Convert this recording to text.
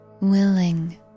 willing